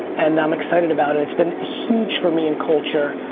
and i'm excited about it. it's been huge for me in culture.